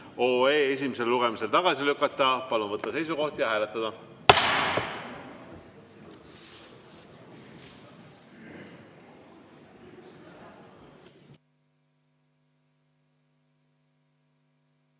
311 esimesel lugemisel tagasi lükata. Palun võtta seisukoht ja hääletada!